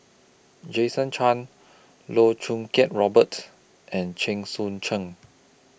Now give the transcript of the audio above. Jason Chan Loh Choo Kiat Robert and Chen Sucheng